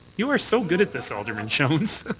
you are so good at this, alderman jones.